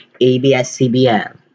ABS-CBN